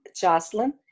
Jocelyn